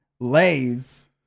lays